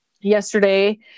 yesterday